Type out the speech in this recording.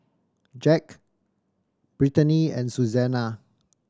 Jacque Brittaney and Suzanna